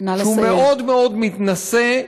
שהוא מאוד מאוד מתנשא,